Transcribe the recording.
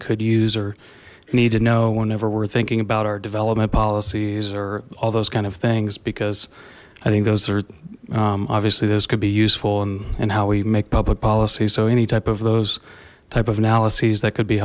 could use or need to know whenever we're thinking about our development policies or all those kind of things because i think those are obviously this could be useful and how we make public policy so any type of those type of analyses that could be